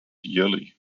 yearly